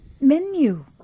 menu